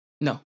No